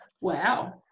Wow